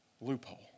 loophole